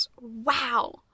Wow